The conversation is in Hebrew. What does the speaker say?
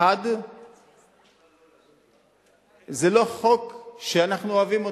1. זה לא חוק שאנחנו אוהבים אותו,